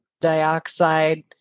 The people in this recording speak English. dioxide